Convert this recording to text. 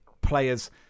players